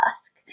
ask